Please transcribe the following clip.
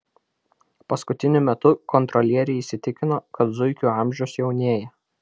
paskutiniu metu kontrolieriai įsitikino kad zuikių amžius jaunėja